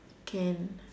can